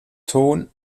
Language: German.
tone